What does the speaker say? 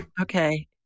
Okay